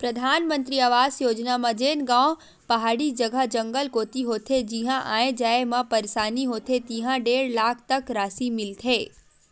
परधानमंतरी आवास योजना म जेन गाँव पहाड़ी जघा, जंगल कोती होथे जिहां आए जाए म परसानी होथे तिहां डेढ़ लाख तक रासि मिलथे